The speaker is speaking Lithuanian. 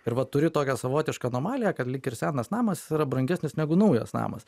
ir va turi tokią savotišką anomaliją kad lyg ir senas namas jis yra brangesnis negu naujas namas